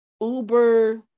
Uber